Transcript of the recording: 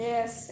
Yes